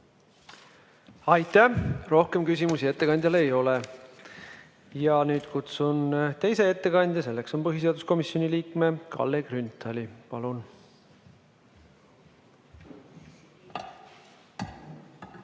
Aitäh! Rohkem küsimusi ettekandjale ei ole. Ja nüüd kutsun teise ettekandja, selleks on põhiseaduskomisjoni liige Kalle Grünthal. Palun!